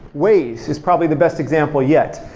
waze is probably the best example yet.